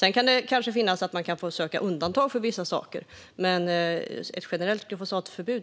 Man kan kanske få söka undantag för vissa saker, men vi är absolut för ett generellt glyfosatförbud.